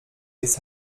ist